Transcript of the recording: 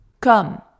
Come